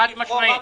חד-משעמית.